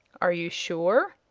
are you sure?